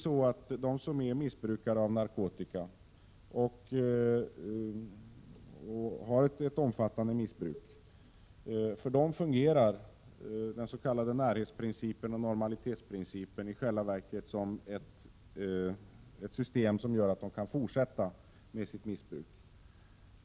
För dem som är missbrukare av narkotika och har ett omfattande missbruk fungerar närhetsprincipen och normalitetsprincipen i själva verket som ett system, som gör att de kan fortsätta med sitt missbruk.